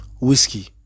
Whiskey